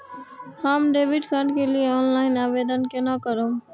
हम debit card के लिए ऑनलाइन आवेदन केना करब?